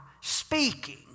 speaking